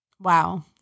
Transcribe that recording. Wow